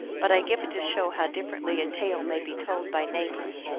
but i give it to show how differently a tale may be told by neigh bors.